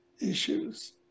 issues